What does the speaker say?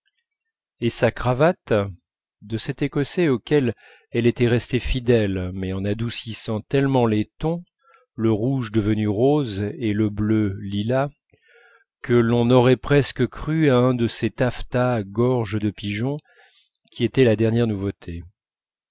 et sa cravate de cet écossais auquel elle était restée fidèle mais en adoucissant tellement les tons le rouge devenu rose et le bleu lilas que l'on aurait presque cru à un de ces taffetas gorge de pigeon qui étaient la dernière nouveauté